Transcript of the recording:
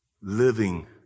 living